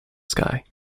sky